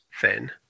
thin